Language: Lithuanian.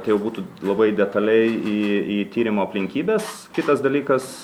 tai jau būtų labai detaliai į į tyrimo aplinkybes kitas dalykas